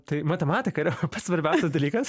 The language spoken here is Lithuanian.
tai matematika yra pats svarbiausias dalykas